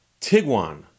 Tiguan